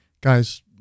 guys